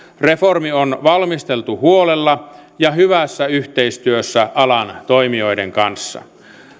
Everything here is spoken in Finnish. reformi on valmisteltu huolella ja hyvässä yhteistyössä alan toimijoiden kanssa